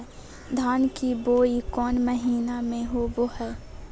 धान की बोई कौन महीना में होबो हाय?